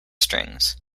strings